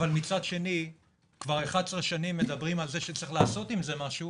מצד שני כבר 11 שנים מדברים על זה שצריך לעשות עם זה משהו